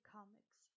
Comics